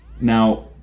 Now